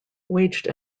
waged